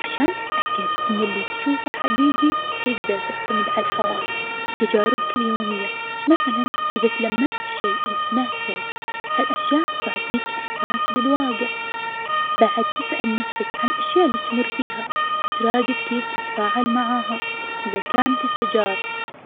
عشان تتأكد إن اللي تشوفه حقيقي تقدر تعتمد على الحواس وتجاربك اليومية، مثلا إذا تلمست شي أو سمعت صوت ها الأشياء تعطيك إحساس بالواقع. بعد تسأل نفسك عن الأشياء اللي تمر فيها وتراقب كيف تتفاعل معاها. إذا كانت التجارب